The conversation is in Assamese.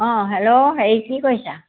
অঁ হেল্ল' হেৰি কি কৰিছা